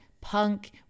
punk